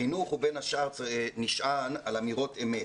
חינוך הוא בין השאר נשען על אמירות אמת.